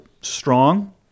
strong